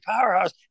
powerhouse